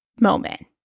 moment